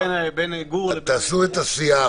תעשו את השח